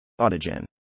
Autogen